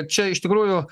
čia iš tikrųjų